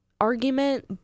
argument